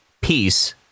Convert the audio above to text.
peace